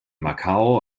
macau